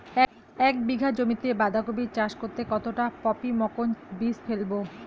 এক বিঘা জমিতে বাধাকপি চাষ করতে কতটা পপ্রীমকন বীজ ফেলবো?